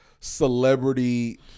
celebrity